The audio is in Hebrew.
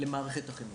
למערכת החינוך.